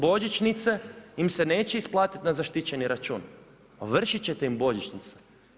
Božićnice im se neće isplatiti na zaštićeni račun, ovršiti ćete im božićnice.